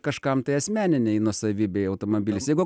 kažkam tai asmeninei nuosavybei